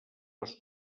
les